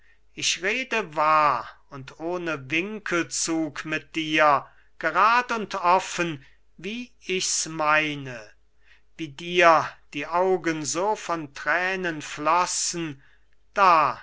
ich rede wahr und ohne winkelzug mit dir gerad und offen wie ich's meine wie dir die augen so von thränen flossen da